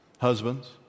husbands